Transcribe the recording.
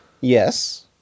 yes